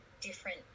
different